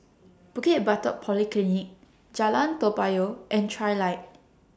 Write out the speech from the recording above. Bukit Batok Polyclinic Jalan Toa Payoh and Trilight